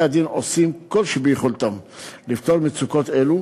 בתי-הדין עושים כל שביכולתם לפתור מצוקות אלו,